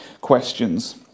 questions